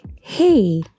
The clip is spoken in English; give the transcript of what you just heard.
hey